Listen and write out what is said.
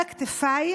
על הכתפיים